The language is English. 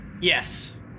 Yes